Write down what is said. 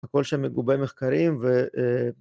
הכל שם מגובה מחקרים ו...